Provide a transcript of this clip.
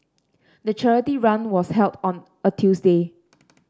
the charity run was held on a Tuesday